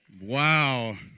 Wow